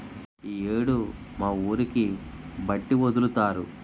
ఈ యేడు మా ఊరికి బట్టి ఒదులుతారు